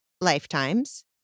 lifetimes